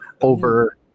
over